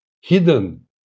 hidden